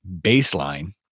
baseline